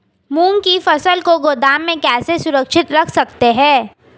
मूंग की फसल को गोदाम में कैसे सुरक्षित रख सकते हैं?